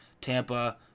Tampa